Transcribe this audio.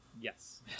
Yes